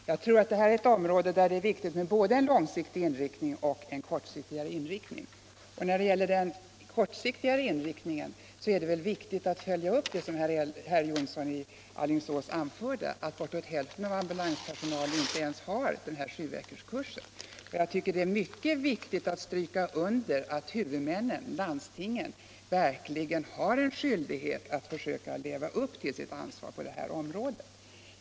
Herr talman! Jag tror att det här är ett område där det är viktigt med både en mer långsiktig och en mer kortsiktig inriktning. Och när det gäller den mer kortsiktiga inriktningen är det viktigt att följa upp det som herr Jonsson i Alingsås pekade på, att bortåt hälften av ambulanspersonalen inte ens har genomgått sjuveckorskursen. Det är mycket viktigt att stryka under att huvudmännen, landstingen, verkligen har en skyldighet att försöka leva upp till sitt ansvar på detta område.